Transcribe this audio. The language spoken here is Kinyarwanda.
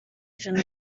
ijana